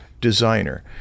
designer